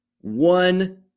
One